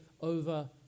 over